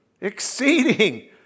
exceeding